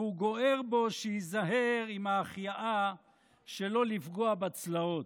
והוא גוער בו שייזהר עם ההחייאה שלא לפגוע בצלעות.